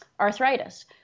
arthritis